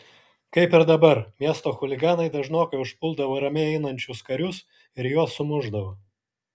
kaip ir dabar miesto chuliganai dažnokai užpuldavo ramiai einančius karius ir juos sumušdavo